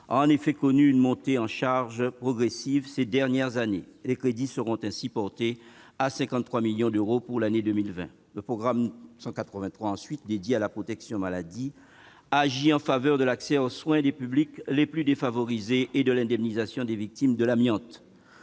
a effectivement connu une montée en charge progressive au cours des dernières années. Les crédits seront ainsi portés à 53,6 millions d'euros pour l'année 2020. Le programme 183, « Protection maladie », agit en faveur de l'accès aux soins des publics les plus défavorisés et de l'indemnisation des victimes de l'amiante.